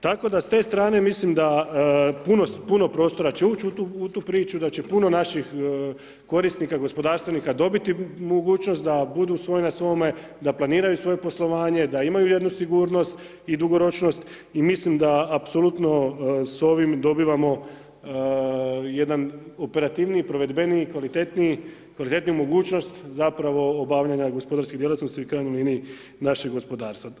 Tako da s te strane mislim da puno prostora će ući u tu priču, da će puno naših korisnika, gospodarstvenika dobiti mogućnost da budu svoj na svome, da planiraju svoje poslovanje, da imaju jednu sigurnost i dugoročnost i mislim da apsolutno s ovim dobivamo jedan operativniji, provedbeniji, kvalitetniji, kvalitetniju mogućnost zapravo obavljanja gospodarskih djelatnosti, u krajnjoj liniji našeg gospodarstva.